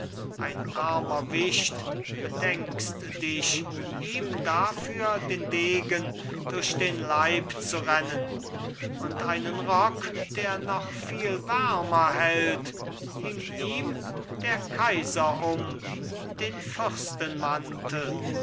ein armer wicht bedenkst dich ihm dafür den degen durch den leib zu rennen und einen rock der noch viel wärmer hält hing ihm der kaiser um den